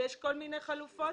ויש כל מיני חלופות,